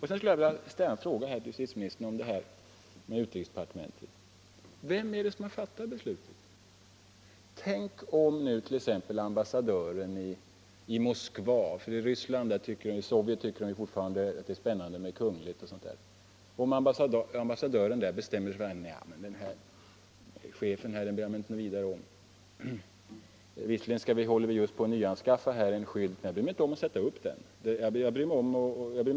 Sedan vill jag ställa en fråga till justitieministern om utrikesdepartementet. Vem är det som fattar besluten? Tänk om ambassadören i Moskva — i Sovjet tycker man fortfarande att det är spännande med kunglighet och sådant — säger till sig själv: ”Det här cirkuläret bryr jag mig inte om. Visserligen håller vi just på att skaffa en ny skylt, så det skulle inte få vara stora riksvapnet längre, men det bryr jag mig inte om.